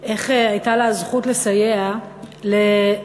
איך הייתה לה הזכות לסייע לאישה